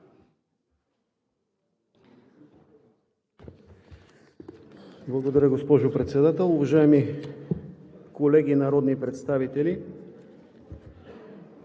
Благодаря, госпожо Председател. Уважаеми колеги народни представители!